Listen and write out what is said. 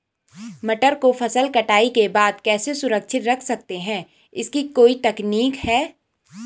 मटर को फसल कटाई के बाद कैसे सुरक्षित रख सकते हैं इसकी कोई तकनीक है?